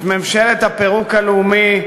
את ממשלת הפירוק הלאומי,